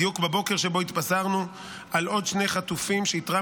בדיוק בבוקר שבו התבשרנו על עוד שני חטופים שאיתרע